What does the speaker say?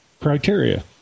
criteria